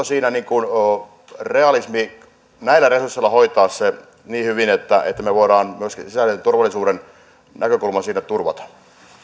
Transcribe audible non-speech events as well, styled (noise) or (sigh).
(unintelligible) siinä realismia näillä resursseilla hoitaa se niin hyvin että me voimme myöskin sisäisen turvallisuuden näkökulman siinä turvata